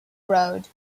road